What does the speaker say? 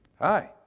hi